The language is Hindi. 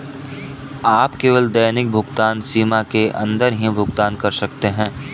आप केवल दैनिक भुगतान सीमा के अंदर ही भुगतान कर सकते है